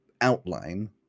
outline